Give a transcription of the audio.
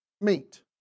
meet